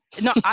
No